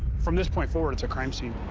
from this point forward, it's a crime scene.